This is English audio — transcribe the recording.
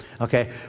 okay